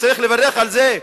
וצריך לברך על זה,